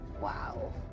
Wow